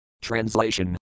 Translation